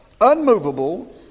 unmovable